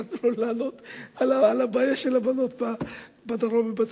נתנו לו לענות על הבעיה של הבנות בדרום ובצפון.